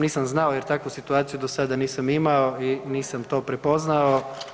Nisam znao jer takvu situaciju do sada nisam imao i nisam to prepoznao.